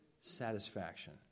satisfaction